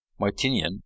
Martinian